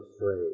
afraid